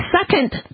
second